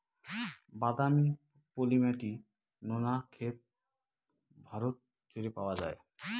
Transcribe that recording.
বাদামি, পলি মাটি, নোনা ক্ষেত ভারত জুড়ে পাওয়া যায়